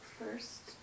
first